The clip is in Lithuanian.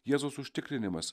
jėzaus užtikrinimas